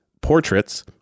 portraits